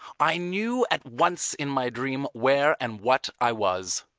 i knew at once in my dream where and what i was.